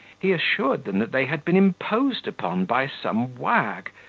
he assured them that they had been imposed upon by some wag,